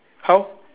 how